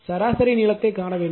சராசரி நீளத்தைக் காண வேண்டும்